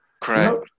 correct